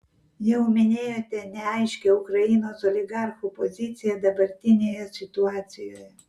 jau minėjote neaiškią ukrainos oligarchų poziciją dabartinėje situacijoje